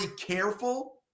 careful